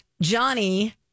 Johnny